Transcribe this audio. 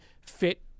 fit